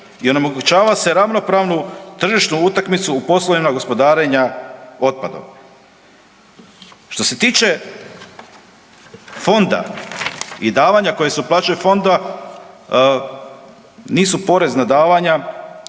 i onemogućava se ravnopravnu tržišnu utakmicu u poslovima gospodarenja otpadom. Što se tiče fonda i davanja koja se uplaćuju u fond nisu porezna davanja